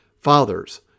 Fathers